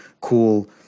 cool